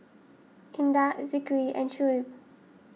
Indah a Zikri and Shuib